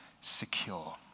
secure